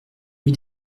rue